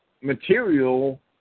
material